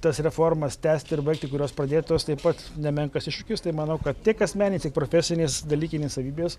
tas reformas tęsti ir baigti kurios pradėtos taip pat nemenkas iššūkis tai manau kad tiek asmeninės tiek profesinės dalykinės savybės